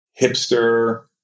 hipster